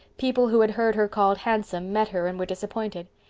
people who had heard her called handsome met her and were disappointed.